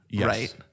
right